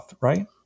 right